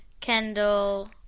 Kendall